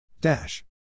dash